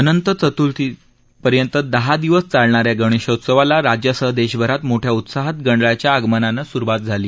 अनंत चतुर्दशी पर्यंत दहा दिवस चालणाऱ्या गणेशोत्सवाला राज्यासह देशभरात मोठ्या उत्साहात गणरायाच्या आगमनानं सुरुवात झाली